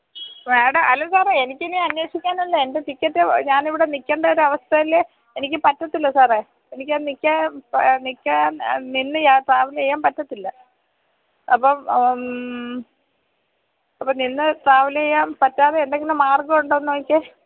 വേണ്ടാ അല്ല സാറേ എനിക്കിനി അന്വേഷിക്കാനല്ല എന്റെ ടിക്കറ്റ് ഞാനിവിടെ നില്ക്കണ്ട ഒരു അവസ്ഥയില് എനിക്ക് പറ്റത്തില്ല സാറേ എനിക്ക് നില്ക്കാൻ നില്ക്കാൻ നിന്ന് ട്രാവെലെയ്യാൻ പറ്റത്തില്ല അപ്പോള് അപ്പോള് നിന്ന് ട്രാവലെയ്യാൻ പറ്റാതെ എന്തെങ്കിലും മാർഗമുണ്ടോന്ന് നോയിക്കേ